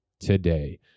today